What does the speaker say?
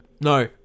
no